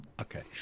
Okay